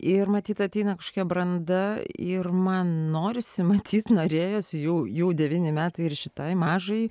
ir matyt ateina kažkokia branda ir man norisi matyt norėjosi jų jau devyni metai ir šitai mažai